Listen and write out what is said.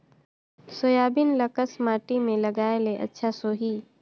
Soybean ल कस माटी मे लगाय ले अच्छा सोही?